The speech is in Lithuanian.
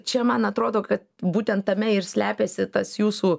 čia man atrodo kad būtent tame ir slepiasi tas jūsų